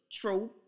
True